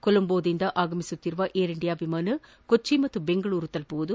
ಕೊಲೊಂಬೋದಿಂದ ಆಗಮಿಸುತ್ತಿರುವ ಏರ್ ಇಂಡಿಯಾ ವಿಮಾನ ಕೊಚ್ಚಿ ಹಾಗೂ ಬೆಂಗಳೂರು ತಲುಪಲಿದೆ